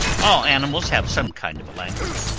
all animals have some kind of a language.